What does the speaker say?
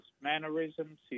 mannerisms